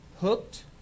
Hooked